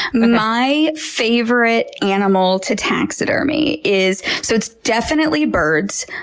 my favorite animal to taxidermy is, so it's definitely birds.